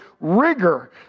rigor